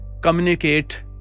communicate